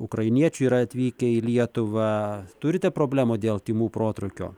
ukrainiečių yra atvykę į lietuvą turite problemų dėl tymų protrūkio